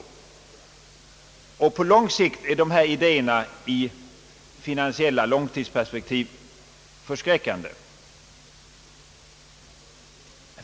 På lång sikt är dessa idéer i finansiella långtidsperspektiv förskräckande.